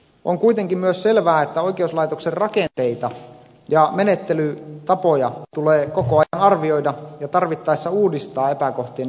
on kuitenkin myös selvää että oikeuslaitoksen rakenteita ja menettelytapoja tulee koko ajan arvioida ja tarvittaessa uudistaa epäkohtien ilmaantuessa